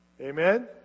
Amen